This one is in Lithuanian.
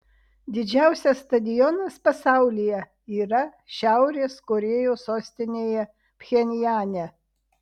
didžiausias stadionas pasaulyje yra šiaurės korėjos sostinėje pchenjane